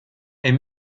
est